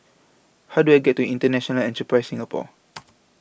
How Do I get to International Enterprise Singapore